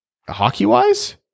hockey-wise